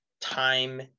time